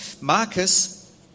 Marcus